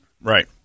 right